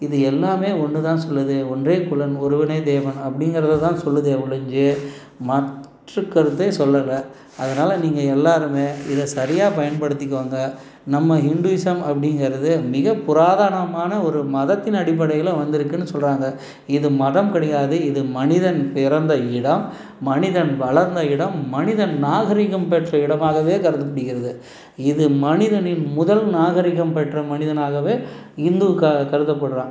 இது எல்லாம் ஒன்று தான் சொல்லுது ஒன்றே குலம் ஒருவனே தேவன் அப்படிங்கிறத தான் சொல்லுதே ஒழிஞ்சி மாற்றுக் கருத்தே சொல்லலை அதனால் நீங்கள் எல்லாரும் இதாய் சரியாக பயன்படுத்திக்கோங்க நம்ம ஹிந்துயிஷம் அப்டிங்கிறது மிக புராதானமான ஒரு மதத்தின் அடிப்படையில் வந்துருக்குதுன்னு சொல்கிறாங்க இது மதம் கிடையாது இது மனிதன் பிறந்த இடம் மனிதன் வளர்ந்த இடம் மனிதன் நாகரீகம் பெற்ற இடமாகவே கருதப்படுகிறது இது மனிதனின் முதல் நாகரீகம் பெற்ற மனிதனாகவே ஹிந்து க கருதப்படுறான்